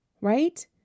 right